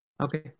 Okay